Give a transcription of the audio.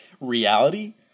reality